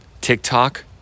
tiktok